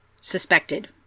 suspected